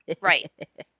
Right